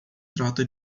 trata